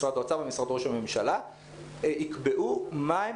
משרד האוצר ומשרד ראש הממשלה יקבעו מה הם